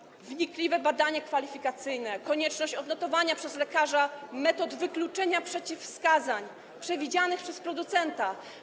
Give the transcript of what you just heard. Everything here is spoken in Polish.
Ponadto to wnikliwe badanie kwalifikacyjne, konieczność odnotowania przez lekarza metod wykluczenia przeciwwskazań przewidzianych przez producenta.